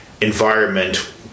environment